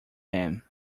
him